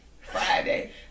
Friday